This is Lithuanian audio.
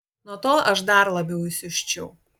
nuo to aš dar labiau įsiusčiau